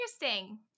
interesting